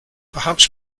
perhaps